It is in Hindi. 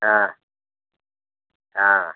हाँ हाँ